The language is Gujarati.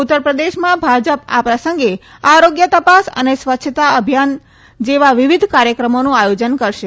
ઉત્તરપ્રદેશમાં ભાજપ આ પ્રસંગે આરોગ્ય તપાસ અને સ્વચ્છતા અભિયાન જેવા વિવિધ કાર્યક્રમોનું આયોજન કરશે